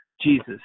Jesus